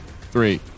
three